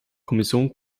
kommission